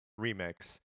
Remix